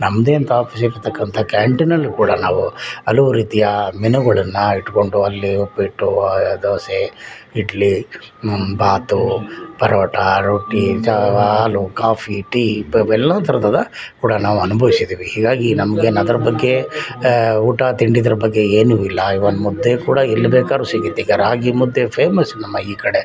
ನಮ್ಮದೇ ಅಂತ ಆಫೀಸ್ ಇರತಕ್ಕಂಥ ಕ್ಯಾಂಟಿನಲ್ಲಿ ಕೂಡ ನಾವು ಹಲವು ರೀತಿಯ ಮೆನುಗಳನ್ನು ಇಟ್ಕೊಂಡು ಅಲ್ಲಿ ಉಪ್ಪಿಟ್ಟು ದೋಸೆ ಇಡ್ಲಿ ನಮ್ಮ ಬಾತೂ ಪರೋಟ ರೊಟ್ಟಿ ಜಾ ಹಾಲು ಕಾಫಿ ಟೀ ಅವೆಲ್ಲ ಥರದ ಕೂಡ ನಾವು ಅನುಭವ್ಸಿದ್ದೀವಿ ಹೀಗಾಗಿ ನಮ್ಗೇನು ಅದ್ರ ಬಗ್ಗೆ ಊಟ ತಿಂಡಿದ್ರ ಬಗ್ಗೆ ಏನೂ ಇಲ್ಲ ಈವನ್ ಮುದ್ದೆ ಕೂಡ ಎಲ್ಲಿ ಬೇಕಾದ್ರೂ ಸಿಗುತ್ತೆ ಈಗ ರಾಗಿಮುದ್ದೆ ಫೇಮಸ್ ನಮ್ಮ ಈ ಕಡೆ